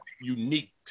unique